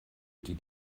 die